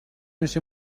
میشی